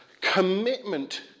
commitment